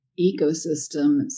ecosystems